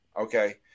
Okay